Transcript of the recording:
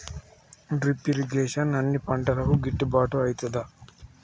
Drip irrigation అన్ని పంటలకు గిట్టుబాటు ఐతదా?